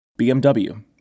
BMW